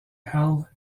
hell